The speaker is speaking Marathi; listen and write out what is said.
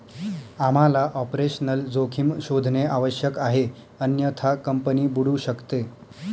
आम्हाला ऑपरेशनल जोखीम शोधणे आवश्यक आहे अन्यथा कंपनी बुडू शकते